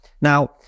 Now